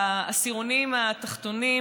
בעשירונים התחתונים,